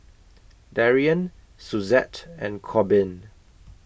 Darion Suzette and Corbin